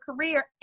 career